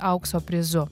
aukso prizu